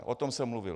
O tom jsem mluvil.